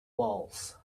walls